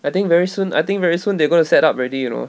I think very soon I think very soon they're going to set up ready you know